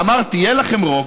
אמרתי, יהיה לכם רוב,